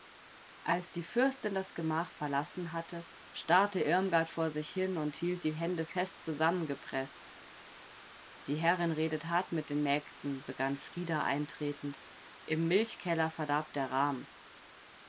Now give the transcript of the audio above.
als die fürstin das gemach verlassen hatte starrte irmgard vor sich hin und hielt die hände fest zusammengepreßt die herrin redet hart mit den mägden begann frida eintretend im milchkeller verdarb der rahm